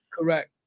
Correct